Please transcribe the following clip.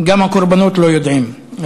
גם הקורבנות לא יודעים.